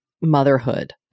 motherhood